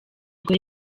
bwo